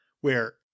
where-